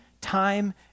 time